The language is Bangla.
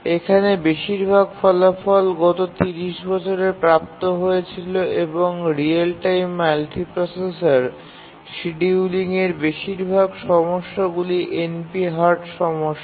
এখানে বেশিরভাগ ফলাফল গত ৩০ বছরে প্রাপ্ত হয়েছিল এবং রিয়েল টাইম মাল্টিপ্রসেসর শিডিয়ুলিংয়ের বেশিরভাগ সমস্যাগুলি NP হার্ড সমস্যা